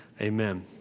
Amen